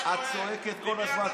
את צועקת כל הזמן.